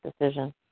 decision